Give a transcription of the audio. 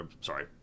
sorry